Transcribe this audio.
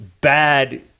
bad